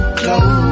close